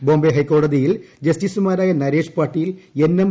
ബോംബെ ഹൈക്കോടതിയിൽ ജസ്റ്റീസ്മാരായ Naresh Patil N M